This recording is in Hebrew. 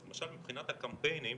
אז למשל מבחינת קמפיינים